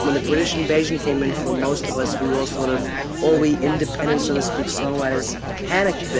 the british invasion came in, for most of us, we were all sort of all wee independent, so to speak, someone was panicked. but,